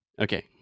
Okay